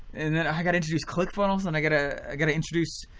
and then i gotta introduce clickfunnels and i gotta gotta introduce,